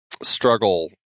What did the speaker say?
struggle